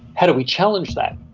how do we challenge that?